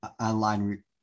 online